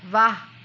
ವಾಹ್